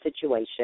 situation